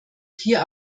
vier